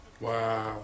Wow